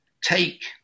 take